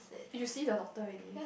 you see the doctor already